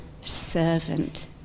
servant